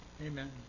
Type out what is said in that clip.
Amen